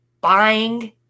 buying